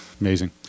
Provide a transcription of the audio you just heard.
Amazing